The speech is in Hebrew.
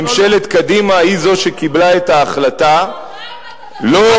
ממשלת קדימה היא שקיבלה את ההחלטה לא,